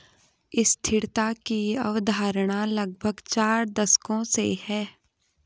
स्थिरता की अवधारणा लगभग चार दशकों से है